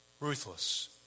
ruthless